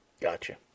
gotcha